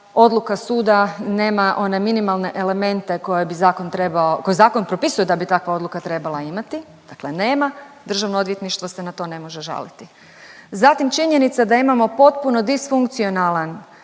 odluka suda nema one minimalne elemente koje zakon propisuje da bi takva odluka trebala imati, dakle nema. Državno odvjetništvo se na to ne može žaliti. Zatim činjenica da imamo potpuno disfunkcionalan